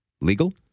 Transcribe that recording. legal